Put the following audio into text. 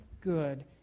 good